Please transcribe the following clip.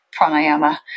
pranayama